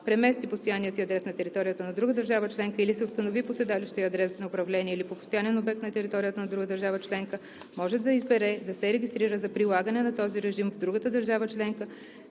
премести постоянния си обект на територията на друга държава членка или се установи по седалище и адрес на управление или по постоянен обект на територията на друга държава членка, може да избере да се регистрира за прилагане на този режим в другата държава членка